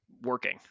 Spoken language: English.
working